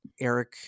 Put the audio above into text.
Eric